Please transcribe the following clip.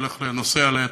ונוסע לטוקיו.